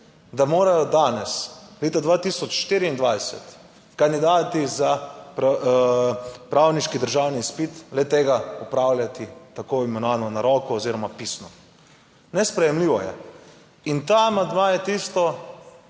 da morajo danes, leta 2024, kandidati za pravniški državni izpit le tega opravljati, tako imenovano na roko oziroma pisno. Nesprejemljivo je. In ta amandma je tisti,